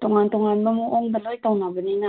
ꯇꯣꯉꯥꯟ ꯇꯣꯉꯥꯟꯕ ꯃꯑꯣꯡꯗ ꯂꯣꯏ ꯇꯧꯅꯕꯅꯤꯅ